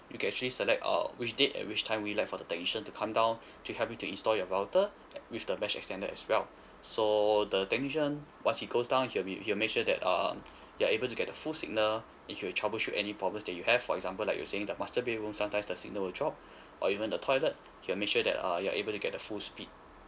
you can actually select uh which date and which time you'd like for the technician to come down to help you to install your router with the mesh extender as well so the technician once he goes down he will be he will make sure that um you are able to get the full signal if you have troubleshoot any problems that you have for example like you saying the master bedroom sometimes the signal will drop or even the toilet he'll make sure that uh you're able to get the full speed